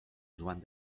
joan